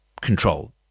control